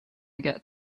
get